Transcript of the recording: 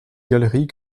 galeries